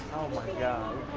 oh my god.